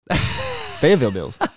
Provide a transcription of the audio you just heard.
Fayetteville-Bills